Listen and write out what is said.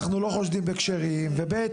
אנחנו לא חושדים בכשרים וב',